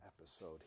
episode